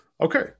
okay